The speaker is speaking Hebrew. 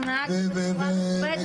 אנחנו נהגנו בצורה מכובדת.